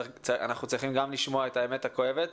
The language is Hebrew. אנחנו צריכים גם לשמוע את האמת הכואבת.